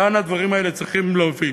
ואנה הדברים האלה צריכים להוביל?